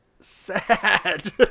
Sad